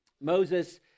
Moses